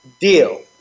deal